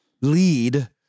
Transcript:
lead